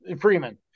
Freeman